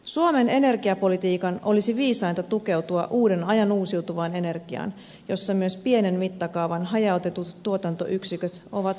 suomen energiapolitiikan olisi viisainta tukeutua uuden ajan uusiutuvaan energiaan jossa myös pienen mittakaavan hajautetut tuotantoyksiköt ovat mukana